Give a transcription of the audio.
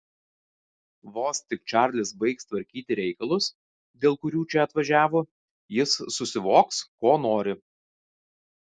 vos tik čarlis baigs tvarkyti reikalus dėl kurių čia atvažiavo jis susivoks ko nori